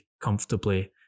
comfortably